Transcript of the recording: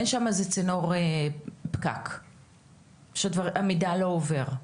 אין שם איזה צינור, פקק שהמידע לא עובר?